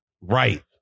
Right